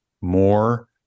more